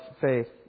faith